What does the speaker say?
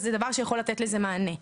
דבר שיכול לתת לזה מענה.